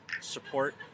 support